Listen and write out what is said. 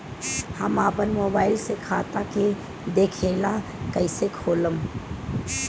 हम आपन मोबाइल से खाता के देखेला कइसे खोलम?